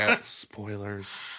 Spoilers